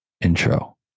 intro